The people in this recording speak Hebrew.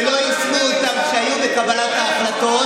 והם מציעים היום הצעות שלא יישמו אותן כשהיו בקבלת ההחלטות.